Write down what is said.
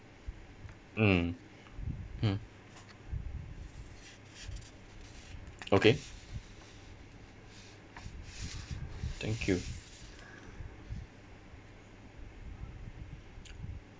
mm mm okay thank you